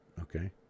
okay